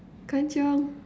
kanchiong